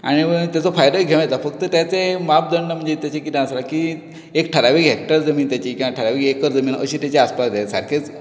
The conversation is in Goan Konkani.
आनी तेचो फायदोय घेवूं येता फक्त तेचे मापदंड म्हणजे तेचे कितें आसा की एक थारावीक हेक्टर्स जमीन तेची थारावीक एकर जमीन अशी तेची आसपाक जाय सारखीच